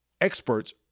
experts